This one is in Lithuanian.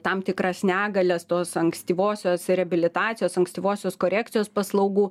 tam tikras negalias tos ankstyvosios reabilitacijos ankstyvosios korekcijos paslaugų